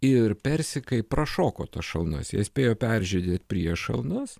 ir persikai prašoko tas šalnas jie spėjo peržydėt prieš šalnas